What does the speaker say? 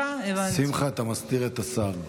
שמחה, אתה מסתיר את השר.